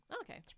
okay